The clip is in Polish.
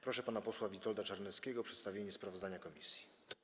Proszę pana posła Witolda Czarneckiego o przedstawienie sprawozdania komisji.